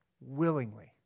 willingly